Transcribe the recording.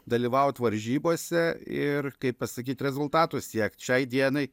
dalyvaut varžybose ir kaip pasakyt rezultatų siekt šiai dienai